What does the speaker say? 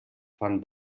fan